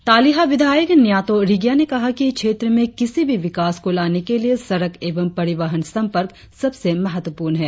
तालिहा विधायक न्यातो रिगिया ने कहा कि क्षेत्र में किसी भी विकास को लाने के लिए सड़क एवं परिवहन संपर्क सबसे महत्वपूर्ण है